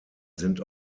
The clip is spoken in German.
sind